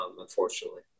unfortunately